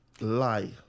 lie